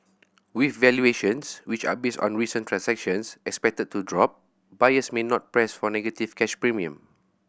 with valuations which are based on recent transactions expected to drop buyers may not press for negative cash premium